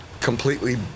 completely